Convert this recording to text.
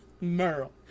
Merle